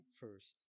first